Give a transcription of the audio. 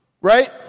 right